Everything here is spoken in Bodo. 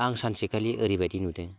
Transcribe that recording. आं सानसेखालि ओरैबायदि नुदों